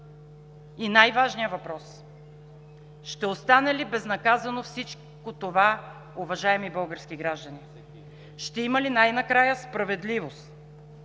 И най-важният въпрос: ще остане ли безнаказано всичко това, уважаеми български граждани? Ще има ли най-накрая справедливост?